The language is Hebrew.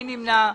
מי נמנע?